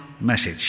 message